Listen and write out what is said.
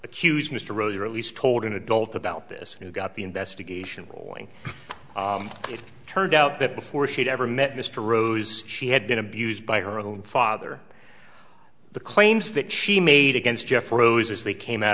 accused mr rosier at least told an adult about this who got the investigation rolling it turned out that before she'd ever met mr rose she had been abused by her own father the claims that she made against jeff rose as they came out